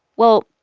well,